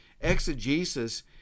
Exegesis